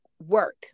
work